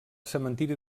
cementiri